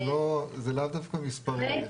זה לאו דווקא מספרים,